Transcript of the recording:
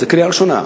זאת קריאה ראשונה.